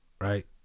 right